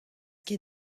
ket